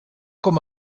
com